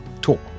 talk